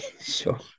sure